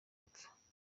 apfa